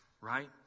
right